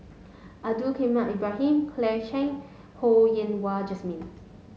Abdul Kadir Ibrahim Claire Chiang Ho Yen Wah Jesmine